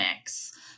mix